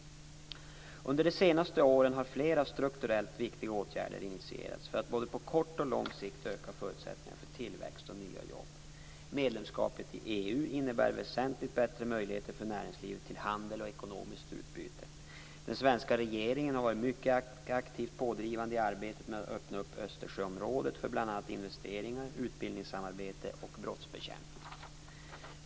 Under de senaste åren har flera strukturellt viktiga åtgärder initierats för att både på kort och lång sikt öka förutsättningarna för tillväxt och nya jobb. Medlemskapet i EU innebär väsentligt bättre möjligheter för näringslivet till handel och ekonomiskt utbyte. Den svenska regeringen har varit mycket aktivt pådrivande i arbetet med att öppna Östersjöområdet för bl.a. investeringar, utbildningssamarbete och brottsbekämpning.